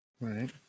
Right